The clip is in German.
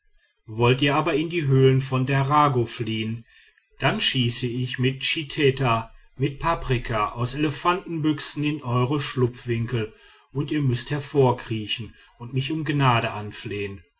wollt ihr aber in die höhlen von derago fliehen dann schieße ich mit schiteta mit paprika aus elefantenbüchsen in eure schlupfwinkel und ihr müßt hervorkriechen und mich um gnade anflehen